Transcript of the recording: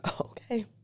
okay